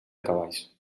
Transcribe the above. cavalls